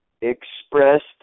expressed